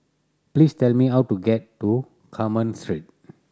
please tell me how to get to Carmen Street